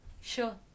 Sure